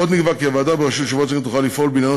עוד נקבע כי הוועדה בראשות יושב-ראש הכנסת תוכל לפעול בעניינו